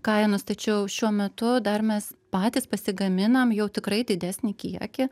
kainos tačiau šiuo metu dar mes patys pasigaminam jau tikrai didesnį kiekį